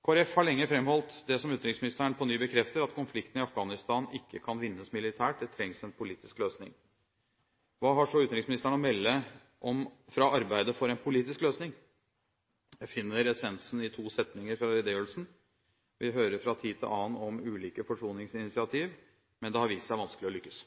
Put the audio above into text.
Kristelig Folkeparti har lenge framholdt det som utenriksministeren på ny bekrefter, at «konflikten i Afghanistan ikke kan vinnes militært». Det trengs en politisk løsning. Hva har så utenriksministeren å melde fra arbeidet for en politisk løsning? Jeg finner essensen i to setninger fra redegjørelsen: «Vi hører fra tid til annen om ulike forsoningsinitiativ. Men det har vist seg vanskelig å lykkes.»